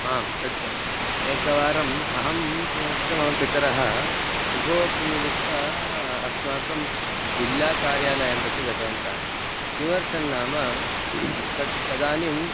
आं सत्यम् एकवारम् अहं पुनश्च मम पितरः उभो अपि मिलित्वा अस्माकं जिल्लाकार्यालयं प्रति गतवन्तः किमर्थं नाम तत् तदानीं